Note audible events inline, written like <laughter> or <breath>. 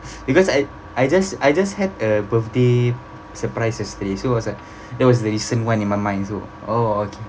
<breath> because I I just I just had a birthday surprise yesterday so was like that was the recent one in my mind so oh okay